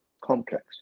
complex